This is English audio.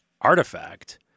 artifact